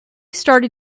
started